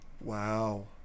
wow